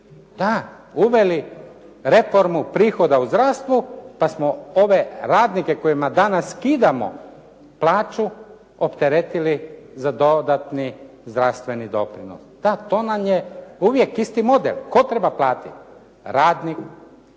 Da, uveli reformu prihoda u zdravstvu, pa smo ove radnike kojima danas skidamo plaću opteretili za dodatni zdravstveni doprinos. Da, to nam je uvijek isti model. Tko treba platiti? Radnik